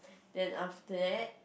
then after that